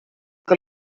que